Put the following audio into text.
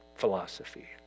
philosophy